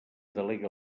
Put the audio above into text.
delega